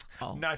No